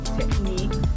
technique